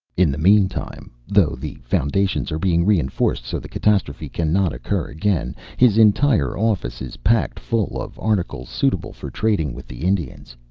in the mean time, though the foundations are being reinforced so the catastrophe cannot occur again, his entire office is packed full of articles suitable for trading with the indians.